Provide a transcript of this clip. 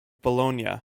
bologna